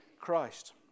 Christ